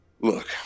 Look